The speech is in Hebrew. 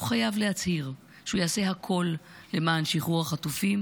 הוא חייב להצהיר שהוא יעשה הכול למען שחרור החטופים